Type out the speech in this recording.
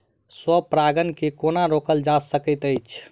स्व परागण केँ कोना रोकल जा सकैत अछि?